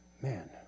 Man